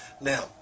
Now